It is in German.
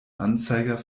anzeiger